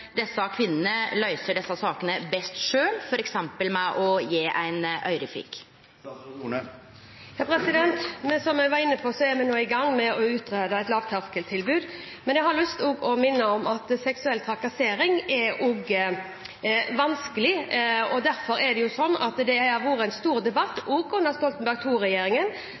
kvinnene løyser desse sakene best sjølve, f.eks. ved å gje ein øyrefik? Som jeg var inne på, er vi nå i gang med å utrede et lavterskeltilbud. Jeg har lyst å minne om at seksuell trakassering er vanskelig, og at det var en stor debatt også under Stoltenberg